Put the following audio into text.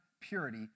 purity